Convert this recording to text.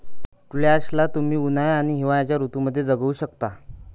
squash ला तुम्ही उन्हाळा आणि हिवाळ्याच्या ऋतूमध्ये उगवु शकता